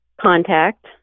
contact